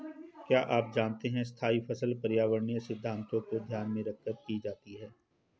क्या आप जानते है स्थायी फसल पर्यावरणीय सिद्धान्तों को ध्यान में रखकर की जाती है?